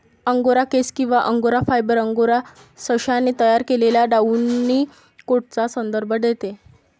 angora केस किंवा angora fibre, angora सशाने तयार केलेल्या डाउनी कोटचा संदर्भ देते